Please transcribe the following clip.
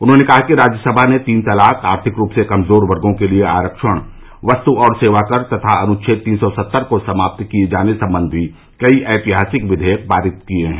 उन्होंने कहा कि राज्यसभा ने तीन तलाक आर्थिक रूप से कमजोर वर्गों के लिए आरक्षण वस्तु और सेवाकर तथा अनुच्छेद तीन सौ सत्तर को समाप्त किए जाने संबंधी कई ऐतिहासिक विवेयक पारित किए हैं